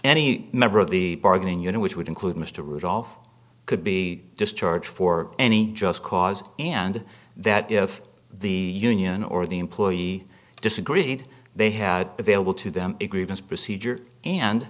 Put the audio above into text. any member of the bargaining unit which would include mr rudolph could be discharged for any just cause and that if the union or the employee disagreed they had available to them a grievance procedure and